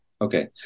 Okay